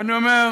ואני אומר: